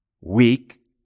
weak